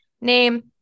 name